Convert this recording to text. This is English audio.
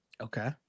Okay